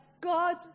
God